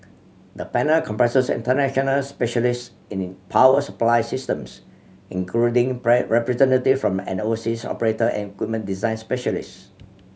the panel comprises international specialist in power supply systems including representative from an overseas operator and equipment design specialist